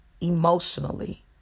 emotionally